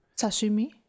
Sashimi